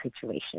situation